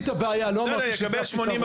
הסברתי את הבעיה לא אמרתי שזה הפתרון.